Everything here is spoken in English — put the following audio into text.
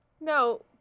No